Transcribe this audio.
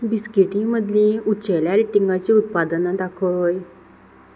बिस्किटी मदली उचेल्या रेटिंगाची उत्पादनां दाखय